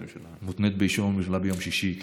מותנית באישור הממשלה ביום שישי.